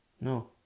No